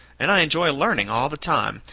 and i enjoy learning, all the time,